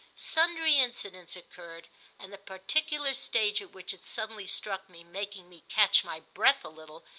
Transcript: sundry incidents occurred and the particular stage at which it suddenly struck me, making me catch my breath a little,